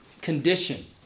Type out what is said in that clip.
condition